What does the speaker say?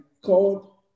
called